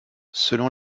selon